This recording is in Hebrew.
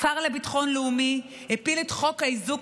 השר לביטחון לאומי הפיל את חוק האיזוק